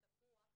שזה תפקידם.